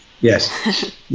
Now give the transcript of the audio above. Yes